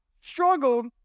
struggled